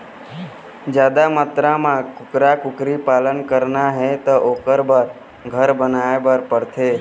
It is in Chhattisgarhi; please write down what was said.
जादा मातरा म कुकरा, कुकरी पालन करना हे त ओखर बर घर बनाए बर परथे